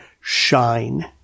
shine